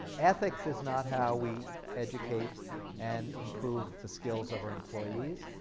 ethics is not how we educate and improve the skills of our employees.